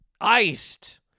iced